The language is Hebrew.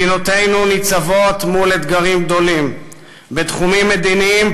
מדינותינו ניצבות מול אתגרים גדולים בתחומים מדיניים,